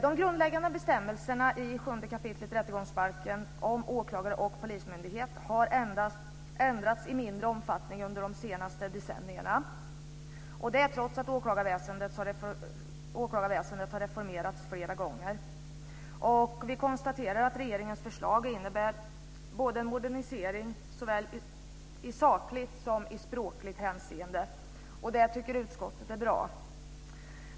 De grundläggande bestämmelserna i 7 kap. rättegångsbalken om åklagare och polismyndighet har ändrats i mindre omfattning under de senaste decennierna, detta trots att åklagarväsendet har reformerats flera gånger. Vi konstaterar att regeringens förslag innebär en modernisering såväl i sakligt som i språkligt hänseende. Det tycker utskottet är bra.